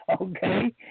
Okay